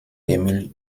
emil